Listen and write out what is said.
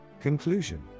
Conclusion